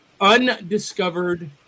undiscovered